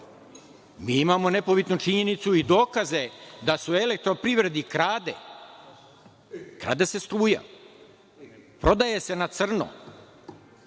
Mi imamo nepobitnu činjenicu i dokaze da se u elektroprivredi krade, krade se struja, prodaje se na crno,